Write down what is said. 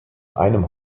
einem